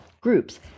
groups